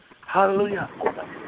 hallelujah